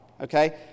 okay